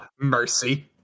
mercy